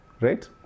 Right